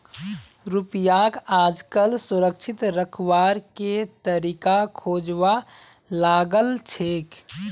रुपयाक आजकल सुरक्षित रखवार के तरीका खोजवा लागल छेक